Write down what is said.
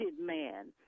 man